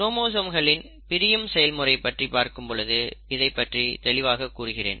குரோமோசோம்களின் பிரியும் செயல்முறை பற்றி பார்க்கும் பொழுது இதை பற்றி தெளிவாக கூறுகிறேன்